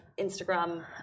Instagram